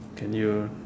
can you